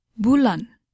Bulan